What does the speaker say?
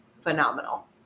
phenomenal